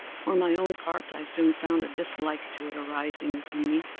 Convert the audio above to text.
for my own part, i soon found a dislike to it arising within me.